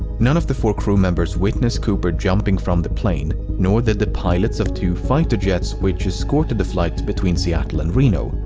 none of the four crew members witnessed cooper jumping from the plane nor did the pilots of two fighter jets which escorted the flight between seattle and reno.